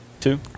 two